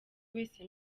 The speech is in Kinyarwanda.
wese